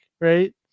right